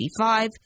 55